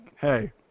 Hey